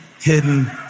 hidden